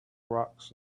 rocks